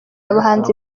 abahanzi